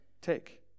take